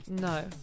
No